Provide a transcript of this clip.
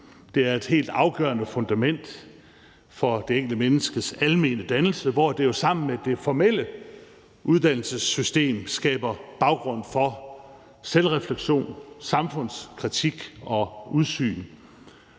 det er et helt afgørende fundament for det enkelte menneskes almene dannelse, hvor det jo sammen med det formelle uddannelsessystem skaber baggrund for selvrefleksion, samfundskritik og udsyn;